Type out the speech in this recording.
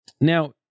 Now